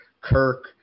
Kirk